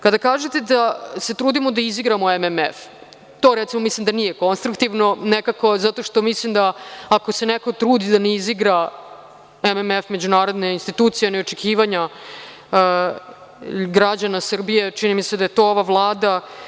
Kada kažete da se trudimo da izigramo MMF, to mislim da nije konstruktivno zato što mislim ako se neko trudi da ne izigra MMF, međunarodne institucije i očekivanja građana Srbije, čini mi se da je to ova Vlada.